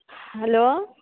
hello